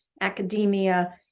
academia